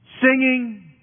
singing